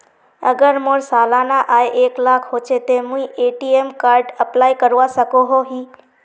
अगर मोर सालाना आय एक लाख होचे ते मुई ए.टी.एम कार्ड अप्लाई करवा सकोहो ही?